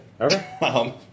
Okay